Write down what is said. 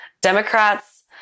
Democrats